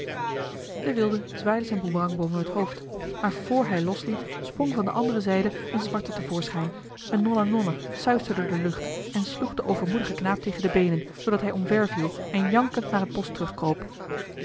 de wilde zwaaide zijn boemerang boven het hoofd maar vr hij losliet sprong van de andere zijde een zwarte te voorschijn een nolla nolla suisde door de lucht en sloeg den overmoedigen knaap tegen de beenen zoodat hij omver viel en jankend naar het bosch